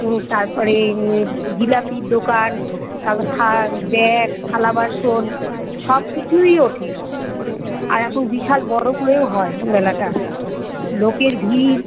তারপরে এই জিলাপির দোকান তারপর থান ব্যাগ থালা বাসন সব কিছুই ওঠে আর এখন বিশাল বড়ো করেও হয় মেলাটা লোকের ভিড়